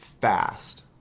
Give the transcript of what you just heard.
fast